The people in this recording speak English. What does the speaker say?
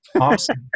Awesome